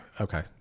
Okay